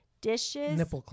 dishes